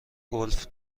گلف